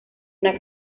una